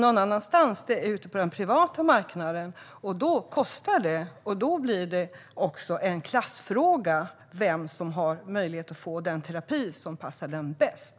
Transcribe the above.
Då handlar det om den privata marknaden, och det kostar samtidigt som det blir en klassfråga vem som har möjlighet att få den terapi som passar bäst.